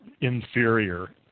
inferior